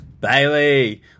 Bailey